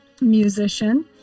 musician